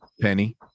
penny